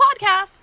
podcast